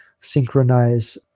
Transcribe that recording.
synchronize